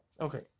Okay